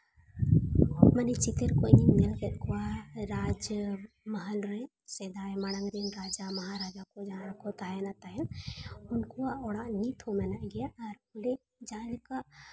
ᱢᱟᱱᱮ ᱪᱤᱛᱟᱹᱨ ᱠᱚ ᱤᱧᱤᱧ ᱧᱮᱞ ᱠᱮᱜ ᱠᱚᱣᱟ ᱨᱟᱡᱽ ᱢᱟᱦᱟᱞ ᱨᱮ ᱥᱮ ᱫᱟᱲᱮ ᱢᱟᱲᱟᱝ ᱨᱮᱱ ᱨᱟᱡᱟ ᱢᱟᱦᱟ ᱨᱟᱡᱟ ᱠᱚ ᱡᱟᱦᱟᱸᱭ ᱠᱚ ᱛᱟᱦᱮᱸᱱᱟ ᱛᱟᱦᱮᱸᱫ ᱩᱱᱠᱩᱣᱟᱜ ᱚᱲᱟᱜ ᱱᱤᱛ ᱦᱚᱸ ᱢᱮᱱᱟᱜ ᱜᱮᱭᱟ ᱟᱨ ᱚᱸᱰᱮ ᱡᱟᱦᱟᱸᱞᱮᱠᱟ